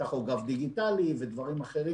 טכוגרף דיגיטלי ודברים אחרים.